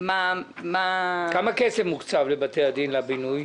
כמה כסף מוקצב לבינוי בבתי הדין?